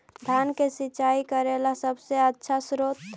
धान मे सिंचाई करे ला सबसे आछा स्त्रोत्र?